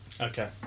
Okay